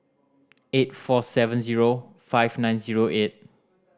eight four seven zero five nine zero eight